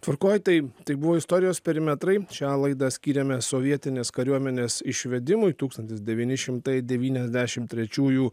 tvarkoj tai tai buvo istorijos perimetrai šią laidą skyrėme sovietinės kariuomenės išvedimui tūkstantis devyni šimtai devyniasdešimt trečiųjų